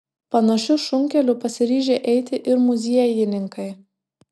panašiu šunkeliu pasiryžę eiti ir muziejininkai